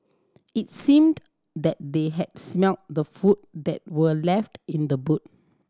it seemed that they had smelt the food that were left in the boot